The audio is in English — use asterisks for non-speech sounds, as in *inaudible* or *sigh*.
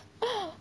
*breath*